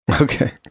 Okay